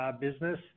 business